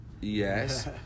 Yes